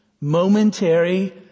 momentary